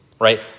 right